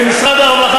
במשרד הרווחה,